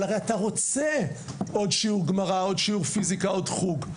אבל אתה הרי רוצה עוד שיעור גמרא או עוד שיעור פיזיקה או עוד חוג.